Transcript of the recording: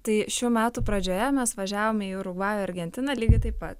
tai šių metų pradžioje mes važiavome į urugvajų argentiną lygiai taip pat